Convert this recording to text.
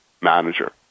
manager